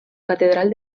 catedral